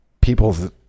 people's